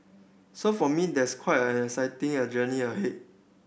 so for me there's quite a exciting a journey ahead